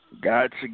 Gotcha